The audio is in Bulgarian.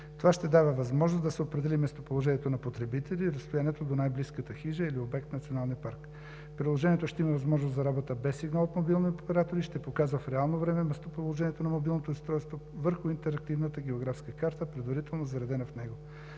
Това ще дава възможност да се определи местоположението на потребителя и разстоянието до най-близката хижа или обект в Националния парк. Приложението ще има възможност за работа без сигнал от мобилните оператори, ще показва в реално време местоположението на мобилното устройство върху интерактивната географска карта, предварително заредена в него.